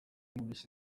yumvise